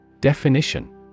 Definition